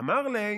"אמר ליה"